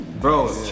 Bro